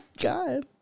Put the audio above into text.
God